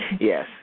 Yes